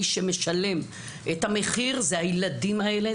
מי שמשלם את המחיר הם הילדים האלה,